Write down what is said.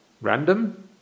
Random